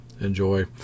Enjoy